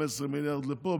15 מיליארד לפה.